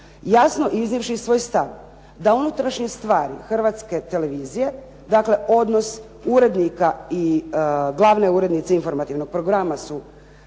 jasno iznijevši svoj stav da unutrašnje stvari Hrvatske televizije, dakle odnos urednika i glavne urednice informativnog programa su